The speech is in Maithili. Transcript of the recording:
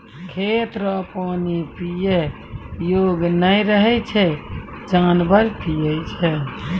खेत रो पानी पीयै योग्य नै रहै छै जानवर पीयै छै